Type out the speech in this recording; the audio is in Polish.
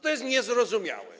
To jest niezrozumiałe.